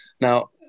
Now